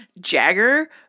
Jagger